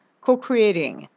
co-creating